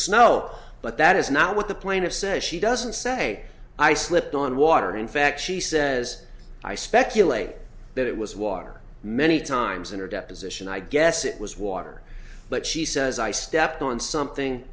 snow but that is not what the plaintiff says she doesn't say i slipped on water in fact she says i speculate that it was water many times in her deposition i guess it was water but she says i stepped on something